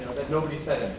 that nobody said and